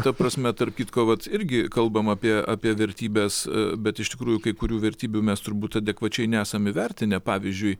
ta prasme tarp kitko vat irgi kalbam apie apie vertybes bet iš tikrųjų kai kurių vertybių mes turbūt adekvačiai nesam įvertinę pavyzdžiui